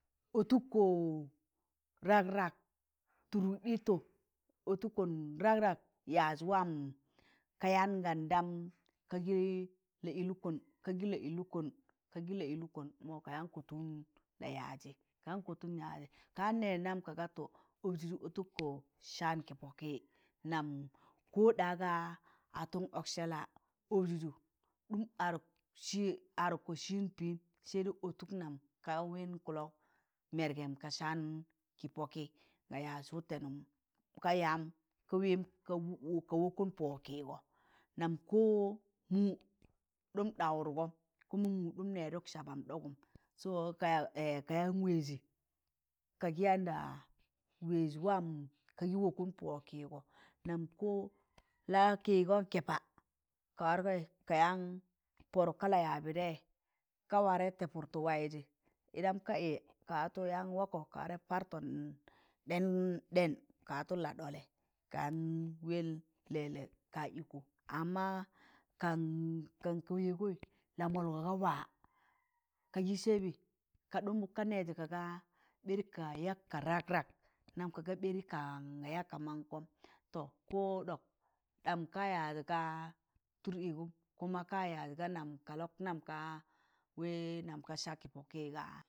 Ọtụkkọ rag rag, tụrụk ịkọ ọtụkọn rag rag yaaj waam ka yaan gandam ka gị la ịlụkọn. Kagị la ịlọkọn, kagị laịlụkọn. Mọ, ka yaan kọtụm la yaajị, ka yaan kọtụn yaajị kayaan nẹẹj nam ga ọbjụ ọtụkkọ saan kịpọkị nam koɗa ga atụm ọksẹla ọbjụjẹ ɗam adụkọ sịịn pị'ịm saidai ọtụk kọlak nam mẹrgẹm ka saan kịpọki ka yaaj wụtẹnụm ka yam ka wẹẹm ka wọkụn wọkịgọ nam ko muu la kịgọ kẹpa ka wargọị ka yaan pọdụk ka layaabị tẹi̱yẹ, ka warẹ tẹpụrdtụ waịjị ndam ka ịyẹ ka watụ yaan wakọ ka warẹ partọn ɗẹn, ɗen ka watụ ladọlị kayaan kan kan wẹn lẹlẹ ka ikọ amma kan ka wẹgọị lamọlgọ ga wa kagị sẹbị ka ɗụmụk ka nẹẹjị ka gaa ɓari ka yak ka rag rag nam kaga ɓeri ka yak ka mankọm to ɗọk ɗam ka yaaj gaa tụr ịgum kuma ka yaj ga nam ka lọk ka wẹẹ nam ka saa ki poki gaa